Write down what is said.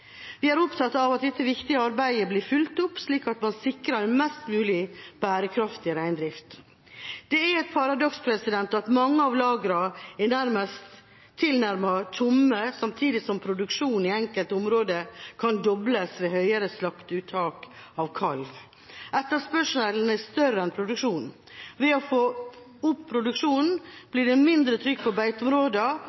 Vi er opptatt av at dette viktige arbeidet blir fulgt opp, slik at man sikrer en mest mulig bærekraftig reindrift. Det er et paradoks at mange av lagrene er tilnærmet tomme, samtidig som produksjonen i enkelte områder kan dobles ved høyere slakteuttak av kalv. Etterspørselen er større enn produksjonen. Ved å få opp produksjonen